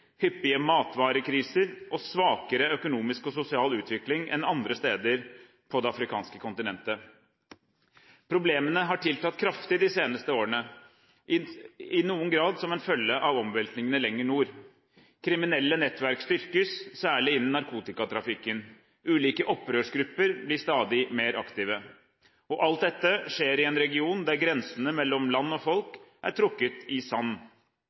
hyppige matvarekriser og svakere økonomisk og sosial utvikling enn andre steder på det afrikanske kontinentet. Problemene har tiltatt kraftig de seneste årene, i noen grad som en følge av omveltningene lenger nord. Kriminelle nettverk styrkes, særlig innen narkotikatrafikken. Ulike opprørsgrupper blir stadig mer aktive. Alt dette skjer i en region der grensene mellom land og folk er trukket i sand.